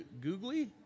googly